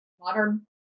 modern